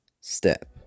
step